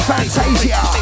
Fantasia